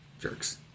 jerks